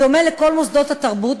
בדומה לכל מוסדות התרבות,